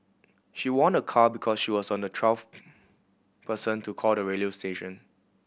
she won a car because she was on the twelfth person to call the radio station